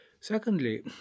Secondly